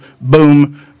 Boom